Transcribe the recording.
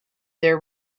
their